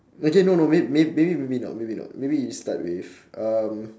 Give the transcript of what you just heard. legit no no may~ may~ maybe not maybe not maybe you start with um